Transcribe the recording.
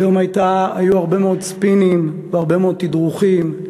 היום היו הרבה מאוד ספינים והרבה מאוד תדרוכים,